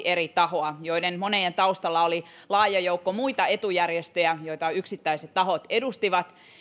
eri tahoa joiden monien taustalla oli laaja joukko muita etujärjestöjä joita yksittäiset tahot edustivat